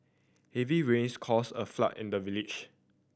heavy rains caused a flood in the village